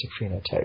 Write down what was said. phenotype